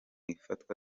ifatwa